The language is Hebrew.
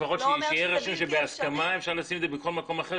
לפחות שיהיה כתוב שבהסכמה אפשר לשים את זה בכל מקום אחר,